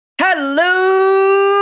Hello